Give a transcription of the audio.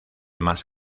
más